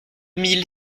mille